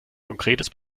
konkretes